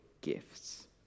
gifts